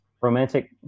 romantic